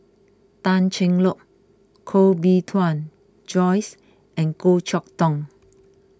Tan Cheng Lock Koh Bee Tuan Joyce and Goh Chok Tong